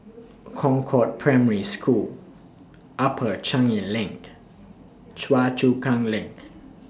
Concord Primary School Upper Changi LINK Choa Chu Kang LINK